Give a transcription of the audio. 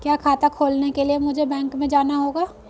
क्या खाता खोलने के लिए मुझे बैंक में जाना होगा?